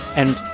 and.